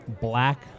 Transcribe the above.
black